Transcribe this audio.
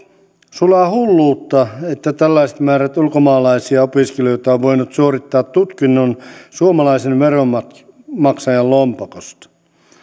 sulaa hulluutta että tällaiset määrät ulkomaalaisia opiskelijoita on voinut suorittaa tutkinnon suomalaisen veronmaksajan lompakosta